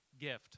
gift